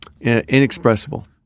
Inexpressible